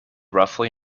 roughly